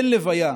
אין לוויה,